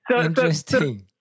Interesting